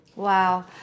Wow